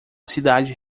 cidade